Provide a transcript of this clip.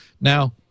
Now